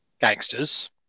gangsters